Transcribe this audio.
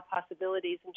possibilities